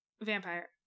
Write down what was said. vampire